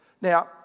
Now